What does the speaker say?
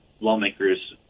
lawmakers